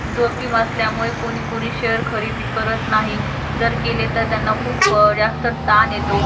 जोखीम असल्यामुळे कोणीकोणी शअर खरेदी करत नाही जर केले तर त्यांना खूप जास्त ताण येतो